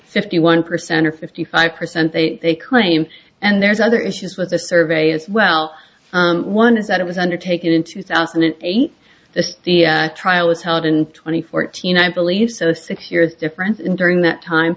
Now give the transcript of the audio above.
fifty one percent or fifty five percent they they claim and there's other issues with the survey as well one is that it was undertaken in two thousand and eight the trial was held in twenty fourteen i believe so six years difference in during that time